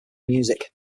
music